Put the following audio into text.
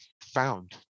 found